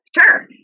Sure